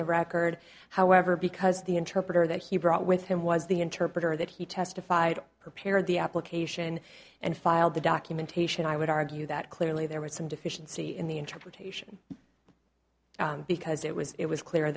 the record however because the interpreter that he brought with him was the interpreter that he testified prepared the application and filed the documentation i would argue that clearly there was some deficiency in the interpretation because it was it was clear